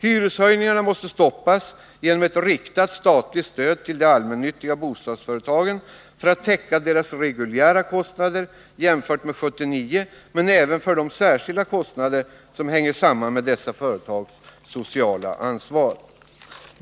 Hyreshöjningarna måste stoppas genom ett riktat statligt stöd till de allmännyttiga bostadsföretagen för att täcka deras reguljära kostnader jämfört med 1979, men även för de särskilda kostnader som hänger samman med dessa företags sociala ansvar.